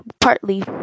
Partly